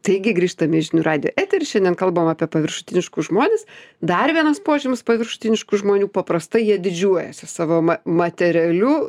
taigi grįžtame į žinių radijo etery šiandien kalbam apie paviršutiniškus žmones dar vienas požymis paviršutiniškų žmonių paprastai jie didžiuojasi savo materialiu